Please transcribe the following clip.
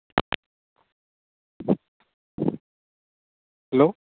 hello